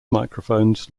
microphones